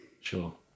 Sure